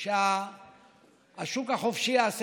שדגלו בתפיסה היחידה שהשוק החופשי יעשה